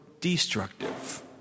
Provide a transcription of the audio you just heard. destructive